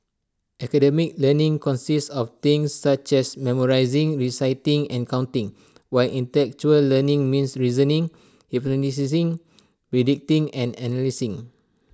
academic learning consists of things such as memorising reciting and counting while intellectual learning means reasoning hypothesising predicting and analysing